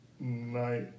Night